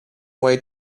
way